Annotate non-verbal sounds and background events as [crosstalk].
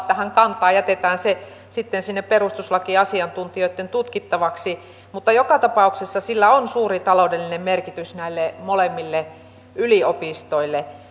[unintelligible] tähän kantaa jätetään se sitten sinne perustuslakiasiantuntijoitten tutkittavaksi mutta joka tapauksessa sillä on suuri taloudellinen merkitys näille molemmille yliopistoille [unintelligible]